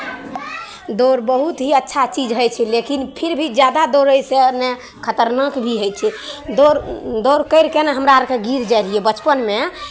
दौड़ बहुत ही अच्छा चीज होइ छै लेकिन फिर भी जादा दौड़ैसँ ने खतरनाक भी होइ छै दौड़ दौड़ करि कऽ ने हमरा आरके गिर जाइत रहियै बचपनमे